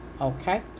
okay